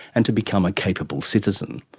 and to become a capable citizen.